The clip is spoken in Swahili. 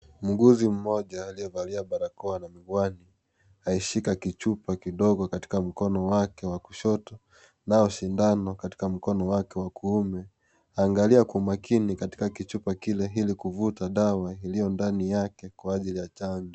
Muuguzi mmoja aliyevalia barakoa na miwani akishika kichupa katika mkono wake wa kushoto nao sindano katika mkono wake wa kuume. Anaangalia kwa umakini katika kichupa kile ili kuvuta dawa iliyo ndani yake kwa ajili ya chanjo.